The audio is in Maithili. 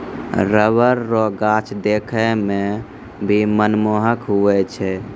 रबर रो गाछ देखै मे भी मनमोहक हुवै छै